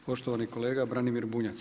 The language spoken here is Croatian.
Poštovani kolega Branimir Bunjac.